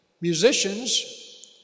Musicians